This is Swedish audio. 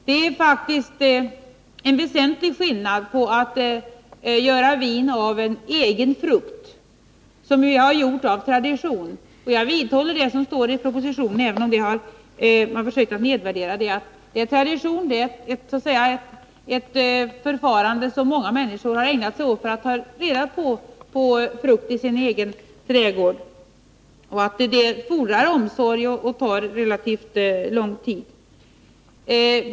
Det är faktiskt en väsentlig skillnad mellan att gå in i närmaste snabbköpsbutik och inhandla ett paket med snabbvinsatser som man sedan sätter i gång och tillverkar av och att göra vin av egen frukt, som vi har gjort av tradition. Det senare är ett förfarande som många människor ägnat sig åt för att ta reda på frukt i sin trädgård. Det fordrar omsorg och tar relativt lång tid.